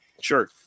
Sure